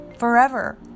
forever